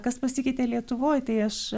kas pasikeitė lietuvoj tai aš